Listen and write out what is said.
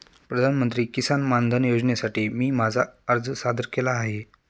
प्रधानमंत्री किसान मानधन योजनेसाठी मी माझा अर्ज सादर केला आहे